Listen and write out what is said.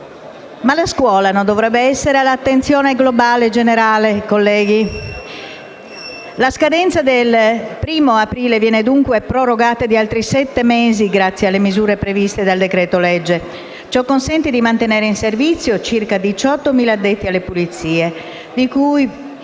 Ma la scuola non dovrebbe essere all'attenzione generale e globale, colleghi? La scadenza del 1° aprile viene dunque prorogata di altri sette mesi grazie alle misure previste nel decreto-legge. Ciò consente di mantenere in servizio circa 18.000 addetti alle pulizie, di cui